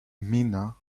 mina